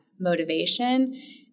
motivation